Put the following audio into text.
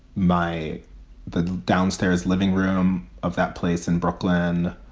my the downstairs living room of that place in brooklyn,